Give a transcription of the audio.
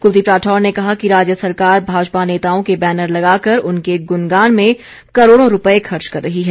कुलदीप राठौर ने कहा कि राज्य सरकार भाजपा नेताओं के बैनर लगाकर उनके गुनगान में करोड़ों रूपये खर्च कर रही है